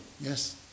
yes